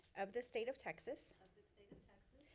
of the state of texas. of the state of texas.